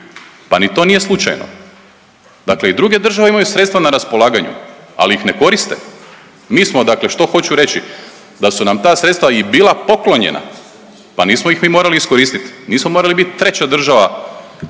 pa ni to nije slučajno. Dakle, i druge države imaju sredstva na raspolaganju, ali ih koriste. Mi smo dakle, što hoću reći, da su nam ta sredstva i bila poklonjena pa nismo ih morali iskoristiti, nismo morali biti treća država